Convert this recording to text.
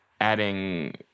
adding